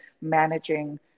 managing